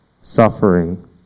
suffering